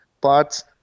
parts